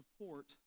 support